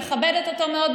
אני מכבדת אותו מאוד,